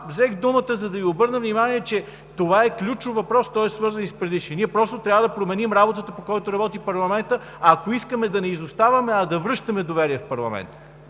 взех думата, за да Ви обърна внимание, че това е ключов въпрос и той е свързан с предишния. Ние просто трябва да променим начина, по който работи парламентът, ако искаме да не изоставаме, а да връщаме доверието в него.